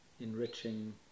enriching